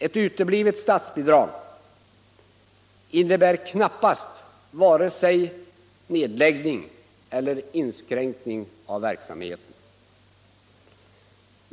Ett uteblivet statsbidrag innebär knappast vare sig nedläggning eller inskränkning av verksamheten.